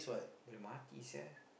mati sia